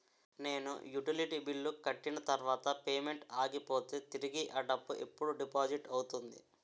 నేను utility bill కట్టిన తర్వాత పేమెంట్ ఆగిపోతే తిరిగి అ డబ్బు ఎప్పుడు డిపాజిట్ అవుతుంది?